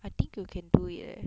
I think you can do it eh